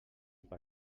per